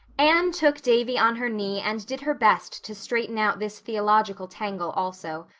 anne took davy on her knee and did her best to straighten out this theological tangle also.